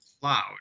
cloud